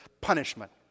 punishment